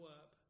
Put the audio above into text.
up